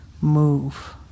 move